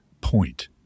point